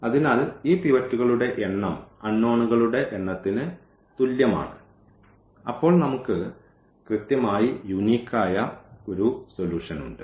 അതിനാൽ ഈ പിവറ്റുകളുടെ എണ്ണം അൺനോണുകളുടെ എണ്ണത്തിന് തുല്യമാണ് അപ്പോൾ നമുക്ക് കൃത്യമായി യൂനിക്കായ ഒരു സൊലൂഷൻ ഉണ്ട്